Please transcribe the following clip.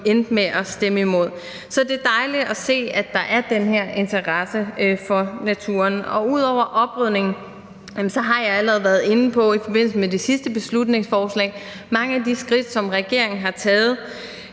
endte med at stemme imod. Så det er dejligt at se, at der er den her interesse for naturen. Udover oprydningen har jeg i forbindelse med det sidste beslutningsforslag allerede været inde på mange af de skridt, som regeringen har taget